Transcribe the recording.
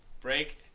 break